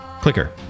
Clicker